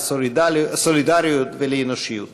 לסולידריות ולאנושיות.